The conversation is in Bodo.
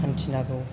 हान्थिनांगौ